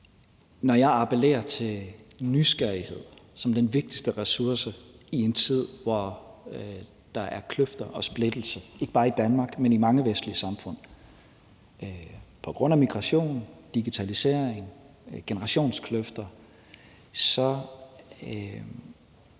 Når jeg appellerer til nysgerrighed som den vigtigste ressource i en tid, hvor der er kløfter og splittelse, ikke bare i Danmark, men også i mange andre vestlige samfund, på grund af migration, digitalisering og generationskløfter, så er det